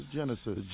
Genesis